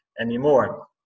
anymore